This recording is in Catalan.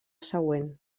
següent